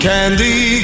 Candy